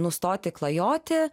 nustoti klajoti